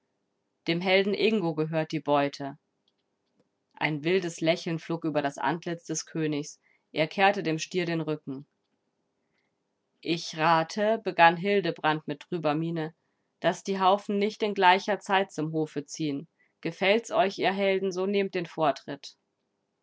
dem helden ingo gehört die beute ein wildes lächeln flog über das antlitz des königs er kehrte dem stier den rücken ich rate begann hildebrand mit trüber miene daß die haufen nicht in gleicher zeit zum hofe ziehen gefällt's euch ihr helden so nehmt den vortritt